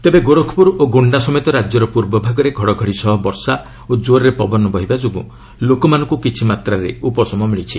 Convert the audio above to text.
ତେବେ ଗୋରଖପୁର ଓ ଗୋଷ୍ଠା ସମେତ ରାଜ୍ୟର ପୂର୍ବ ଭାଗରେ ଘଡ଼ଘଡ଼ି ସହ ବର୍ଷା ଓ ଜୋର୍ରେ ପବନ ବହିବା ଯୋଗୁଁ ଲୋକମାନଙ୍କୁ କିଛିମାତ୍ରାରେ ଉପଶମ ମିଳିଛି